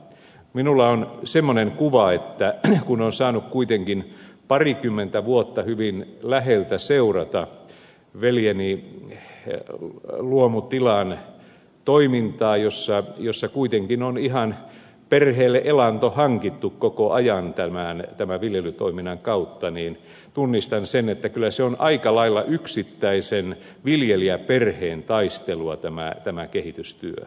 minulla on semmoinen kuva että kun olen saanut kuitenkin parikymmentä vuotta hyvin läheltä seurata veljeni luomutilan toimintaa jossa kuitenkin on ihan perheelle elanto hankittu koko ajan tämän viljelytoiminnan kautta niin tunnistan sen että kyllä se on aika lailla yksittäisen viljelijäperheen taistelua tämä kehitystyö